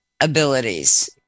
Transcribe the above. abilities